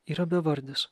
yra bevardis